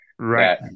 right